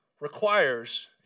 requires